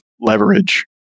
leverage